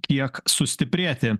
kiek sustiprėti